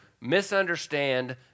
misunderstand